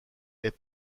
est